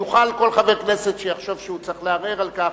יוכל כל חבר כנסת, שיחשוב שהוא צריך, לערער על כך.